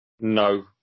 No